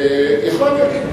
יכול להיות.